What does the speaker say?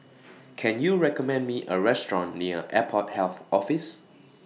Can YOU recommend Me A Restaurant near Airport Health Office